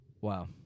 Wow